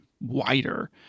wider